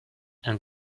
and